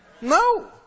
No